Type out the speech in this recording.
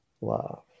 love